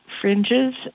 fringes